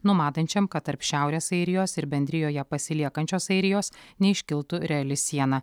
numatančiam kad tarp šiaurės airijos ir bendrijoje pasiliekančios airijos neiškiltų reali siena